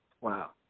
wow